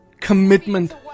commitment